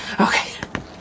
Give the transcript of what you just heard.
okay